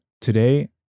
Today